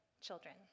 children